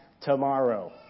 tomorrow